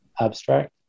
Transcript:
abstract